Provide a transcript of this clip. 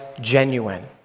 genuine